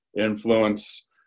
influence